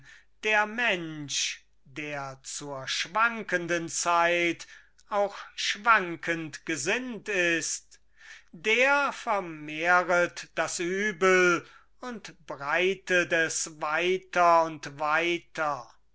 der mensch der zur schwankenden zeit auch schwankend gesinnt ist der vermehret das übel und breitet es weiter und weiter